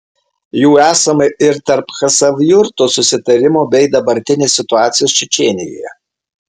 jų esama ir tarp chasavjurto susitarimų bei dabartinės situacijos čečėnijoje